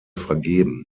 vergeben